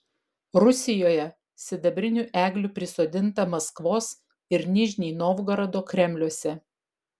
rusijoje sidabrinių eglių prisodinta maskvos ir nižnij novgorodo kremliuose